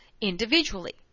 individually